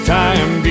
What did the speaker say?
time